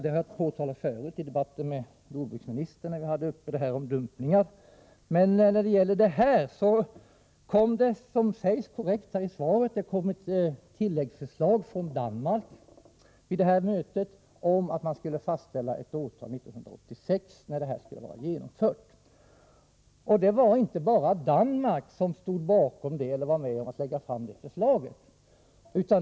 Det har jag påtalat förut i en debatt med jordbruksministern om dumpningarna. Det är korrekt som sägs i svaret att det i denna fråga kom ett tilläggsförslag från Danmark vid det ifrågavarande mötet om att fastställa årtalet 1986 när bästa tillgängliga teknologi skulle vara införd. Det var inte bara Danmark som lade fram detta förslag.